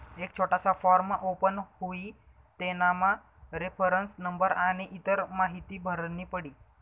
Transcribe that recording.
एक छोटासा form open हुई तेनामा रेफरन्स नंबर आनी इतर माहीती भरनी पडी